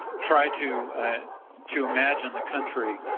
try to to imagine the country